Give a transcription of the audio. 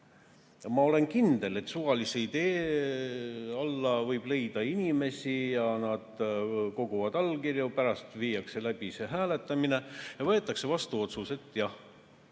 Ma olen kindel, et suvalise idee toetuseks võib leida inimesi. Nad koguvad allkirju, pärast viiakse läbi hääletamine ja võetakse vastu otsus, et